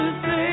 say